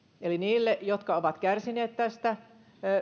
eli niille jotka ovat kärsineet tästä